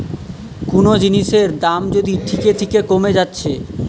কুনো জিনিসের দাম যদি থিকে থিকে কোমে যাচ্ছে